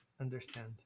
understand